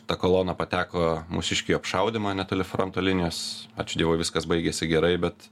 ta kolona pateko mūsiškiai į apšaudymą netoli fronto linijos ačiū dievui viskas baigėsi gerai bet